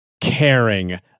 Caring